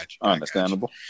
Understandable